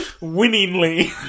winningly